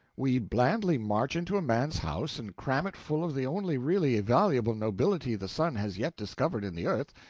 we blandly march into a man's house, and cram it full of the only really valuable nobility the sun has yet discovered in the earth,